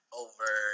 over